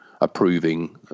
approving